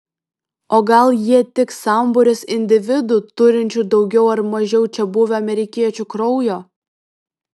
o gal jie tik sambūris individų turinčių daugiau ar mažiau čiabuvių amerikiečių kraujo